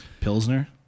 Pilsner